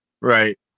Right